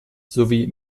sowie